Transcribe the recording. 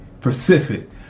Pacific